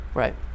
right